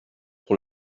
pour